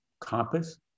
compass